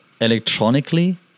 electronically